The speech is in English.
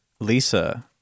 Lisa